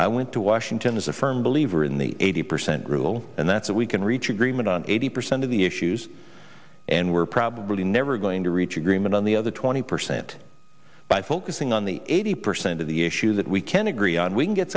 i went to washington as a firm believer in the eighty percent rule and that's it we can reach agreement on eighty percent of the issues and we're probably never going to reach agreement on the other twenty percent by focusing on the eighty percent of the issue that we can agree on we can get